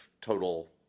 total